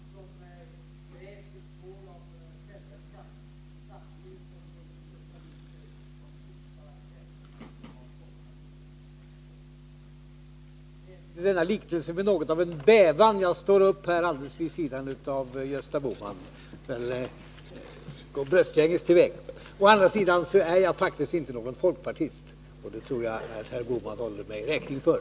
Herr talman! I tidningskrönikan häromdagen hörde jag att en tidning hade jämfört Gösta Bohman med en krokodil som grät en tår av självömkan, samtidigt som den glufsade i sig de sista resterna av folkpartiets väljarkår. Med tanke på denna liknelse är det med en viss bävan som jag står upp här alldeles vid sidan av Gösta Bohman. Jag hoppas att han inte går bröstgänges till väga. Å andra sidan är jag faktiskt ingen folkpartist. Det tror jag att herr Bohman håller mig räkning för.